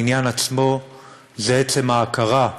העניין עצמו זה עצם ההכרה,